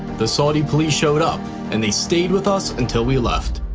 the saudi police showed up and they stayed with us until we left.